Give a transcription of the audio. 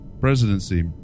presidency